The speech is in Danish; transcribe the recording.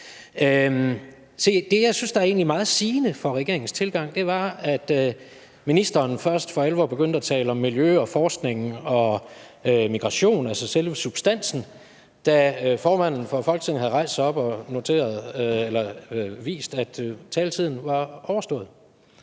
det, jeg egentlig synes er meget sigende for regeringens tilgang, er, at ministeren først for alvor begyndte at tale om miljø og forskning og migration, altså selve substansen, da formanden for Folketinget havde rejst sig op og vist, at taletiden var overstået.